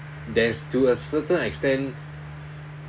there's to a certain extent